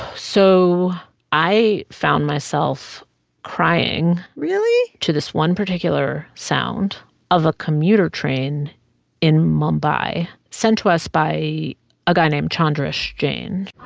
so i found myself crying. really. to this one particular sound of a commuter train in mumbai sent to us by a guy named chandrishjain